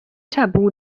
tabu